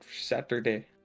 Saturday